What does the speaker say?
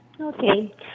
Okay